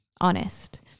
honest